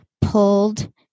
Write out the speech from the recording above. pulled